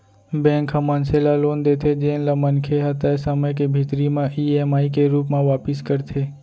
bank ह मनसे ल लोन देथे जेन ल मनखे ह तय समे के भीतरी म ईएमआई के रूप म वापिस करथे